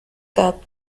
club